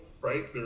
right